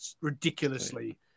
ridiculously